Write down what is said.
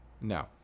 no